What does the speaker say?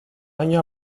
año